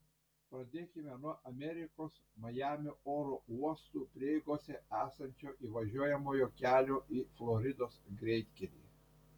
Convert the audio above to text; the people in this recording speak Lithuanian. pradėkime nuo amerikos majamio oro uostų prieigose esančio įvažiuojamojo kelio į floridos greitkelį